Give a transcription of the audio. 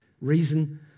Reason